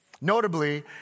Notably